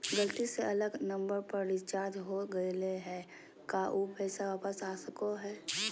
गलती से अलग नंबर पर रिचार्ज हो गेलै है का ऊ पैसा वापस आ सको है?